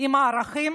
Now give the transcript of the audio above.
עם הערכים